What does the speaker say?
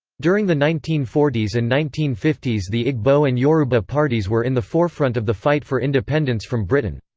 during the nineteen forty s and nineteen fifty s the igbo and yoruba parties were in the forefront of the fight for independence from britain.